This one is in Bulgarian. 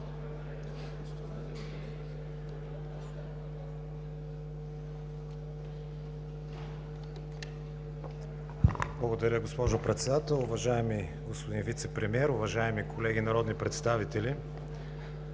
Благодаря, госпожо Председател. Уважаеми господин Вицепремиер, уважаеми колеги народни представители!